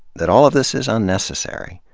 that all of this is unnecessary.